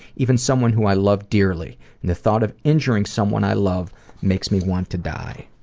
even someone who i love dearly. and the thought of injuring someone i love makes me want to die.